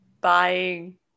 buying